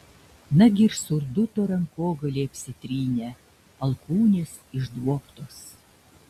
nagi ir surduto rankogaliai apsitrynę alkūnės išduobtos